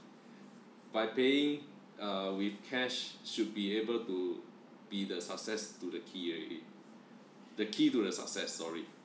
by paying uh with cash should be able to be the success to the key already the key to the success sorry